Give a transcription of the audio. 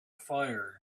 fire